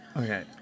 okay